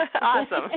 Awesome